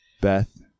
beth